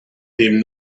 dem